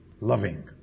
Loving